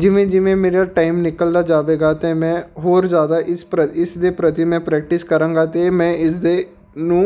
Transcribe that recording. ਜਿਵੇਂ ਜਿਵੇਂ ਮੇਰਾ ਟਾਈਮ ਨਿਕਲਦਾ ਜਾਵੇਗਾ ਤਾਂ ਮੈਂ ਹੋਰ ਜ਼ਿਆਦਾ ਇਸ ਪਰਾ ਇਸ ਦੇ ਪ੍ਰਤੀ ਮੈਂ ਪ੍ਰੈਕਟਿਸ ਕਰਾਂਗਾ ਅਤੇ ਮੈਂ ਇਸ ਦੇ ਨੂੰ